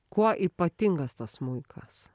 kuo ypatingas tas smuikas